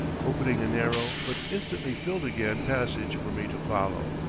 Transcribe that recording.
opening a narrow, but instantly filled again, passage for me to follow.